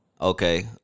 Okay